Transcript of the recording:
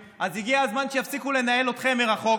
אז הגיע הזמן שיפסיקו לנהל אתכם מרחוק.